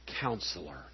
counselor